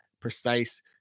precise